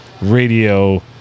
radio